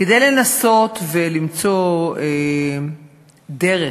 כדי לנסות למצוא דרך,